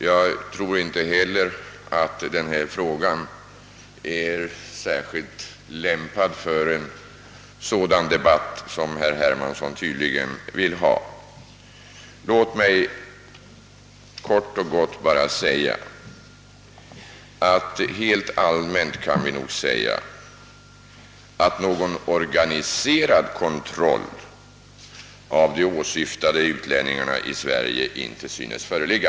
Jag tror inte heller att frågan är särskilt lämpad för en sådan debatt som herr Hermansson tydligen vill ha. Låt mig kort och gott konstatera, att helt allmänt kan vi nog säga att någon organiserad kontroll av de åsyftade utlänningarna i Sverige inte synes föreligga.